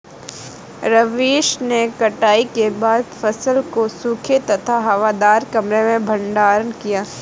रवीश ने कटाई के बाद फसल को सूखे तथा हवादार कमरे में भंडारण किया